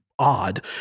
odd